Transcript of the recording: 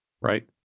right